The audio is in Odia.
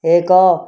ଏକ